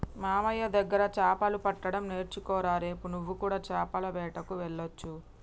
మామయ్య దగ్గర చాపలు పట్టడం నేర్చుకోరా రేపు నువ్వు కూడా చాపల వేటకు వెళ్లొచ్చు